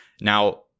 Now